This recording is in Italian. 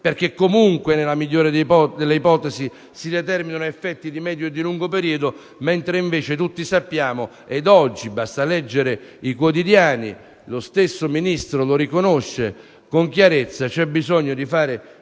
perché comunque, nella migliore delle ipotesi, si determinano effetti di medio e lungo periodo, mentre tutti sappiamo, e basta leggere oggi i quotidiani e lo stesso Ministro lo riconosce con chiarezza, che c'è bisogno di fare